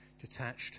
detached